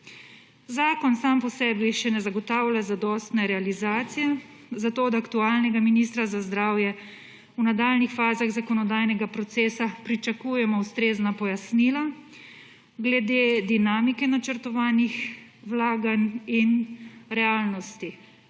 Zakon sam po sebi še ne zagotavlja zadostne realizacije, zato od aktualnega ministra za zdravje v nadaljnjih fazah zakonodajnega procesa pričakujemo ustrezna pojasnila glede dinamike načrtovanih vlaganj in realnosti